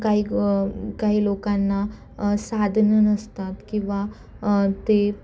काही काही लोकांना साधनं नसतात किंवा ते